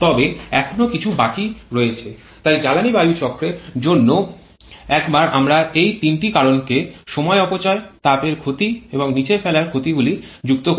তবে এখনও কিছু বাকী রয়েছে তাই ফুয়েল এয়ারফুয়েল এয়ার চক্রের জন্য একবার আমরা এই ৩ টি কারণকে সময় অপচয় তাপের ক্ষতি এবং নিচে ফেলার ক্ষতিগুলি যুক্ত করি